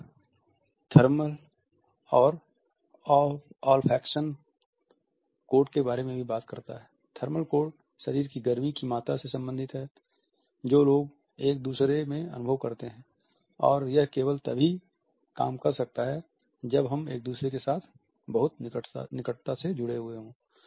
फिर वह "थर्मल और ओल्फैक्सन" कोड के बारे में भी बात करता है थर्मल कोड शरीर की गर्मी की मात्रा से संबंधित है जो लोग एक दूसरे में अनुभव करते हैं और यह केवल तभी काम कर सकता है जब हम एक दूसरे के साथ बहुत निकटता से जुड़े हों